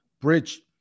Bridge